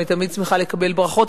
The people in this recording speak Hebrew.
ואני תמיד שמחה לקבל ברכות,